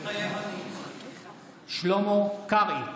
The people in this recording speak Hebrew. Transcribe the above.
מתחייב אני שלמה קרעי,